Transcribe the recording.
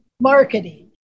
marketing